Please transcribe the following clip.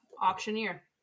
auctioneer